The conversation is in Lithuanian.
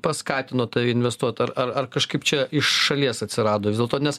paskatino tave investuot ar ar ar kažkaip čia iš šalies atsirado vis dėlto nes